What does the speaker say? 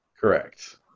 Correct